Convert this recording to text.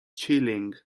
chilling